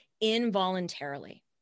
involuntarily